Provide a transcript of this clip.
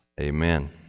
Amen